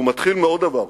והוא מתחיל מעוד דבר,